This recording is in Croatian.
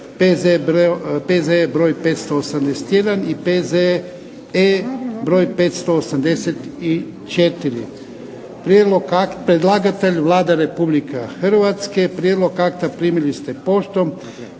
čitanje, P.Z.E. br. 584. Predlagatelj Vlada Republike Hrvatske. Prijedlog akta primili ste poštom.